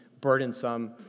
burdensome